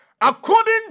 According